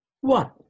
one